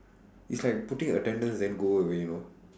it's like putting attendance then go away you know